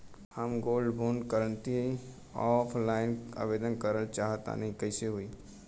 हम gold bond करंति offline आवेदन करल चाह तनि कइसे होई?